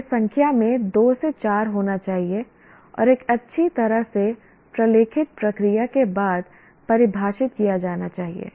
उन्हें संख्या में 2 से 4 होना चाहिए और एक अच्छी तरह से प्रलेखित प्रक्रिया के बाद परिभाषित किया जाना चाहिए